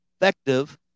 effective